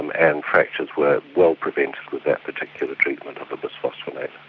um and fractures were well prevented with that particular treatment of ah bisphosphonate.